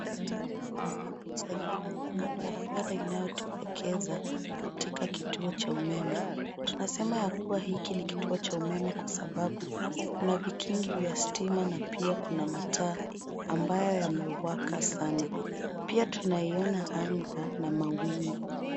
Katika picha hili kuna barabara inayotuelekeza katika kituo cha umeme. Tunasema ya kuwa hiki ni kituo cha umeme kwa sababu kuna vikingi vya stima na pia kuna mataa ambayo yamewaka sana. Pia tunaiona anga na mawingu.